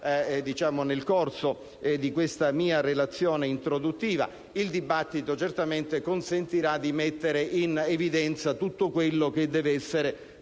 nel corso di questa mia relazione introduttiva. Il dibattito certamente consentirà di mettere in evidenza tutto quello che deve essere